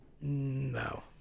no